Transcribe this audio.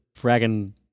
dragon